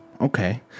okay